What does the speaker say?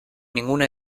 ninguna